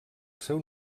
seu